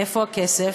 מאיפה הכסף?